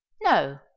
no